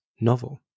novel